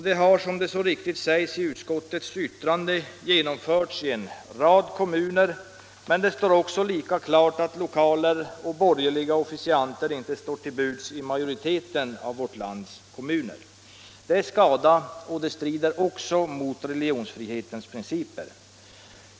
Den har, som det så riktigt sägs i utskottets yttrande, genomförts i en rad kommuner, men det är lika klart att lokaler och borgerliga officianter inte står till buds i majoriteten av vårt lands kommuner. Det är skada och det strider också mot religionsfrihetens principer.